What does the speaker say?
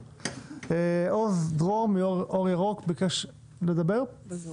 עוז דרור מאור ירוק ביקש לדבר בזום.